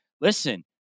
listen